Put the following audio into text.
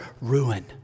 ruin